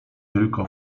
tylko